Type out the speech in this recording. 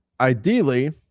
ideally